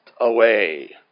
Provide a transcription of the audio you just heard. away